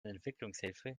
entwicklungshilfe